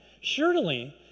surely